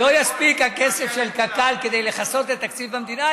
לא יספיק הכסף של קק"ל כדי לכסות את תקציב המדינה,